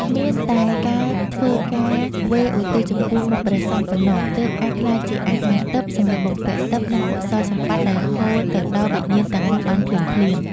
មានតែការធ្វើការវេរឧទ្ទិសចំពោះមុខព្រះសង្ឃប៉ុណ្ណោះ ទើបអាចក្លាយជាអាហារទិព្វ សម្លៀកបំពាក់ទិព្វ និងកុសលសម្បត្តិដែលហូរទៅដល់វិញ្ញាណទាំងនោះបានភ្លាមៗ។